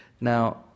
Now